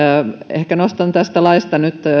ehkä nostan tästä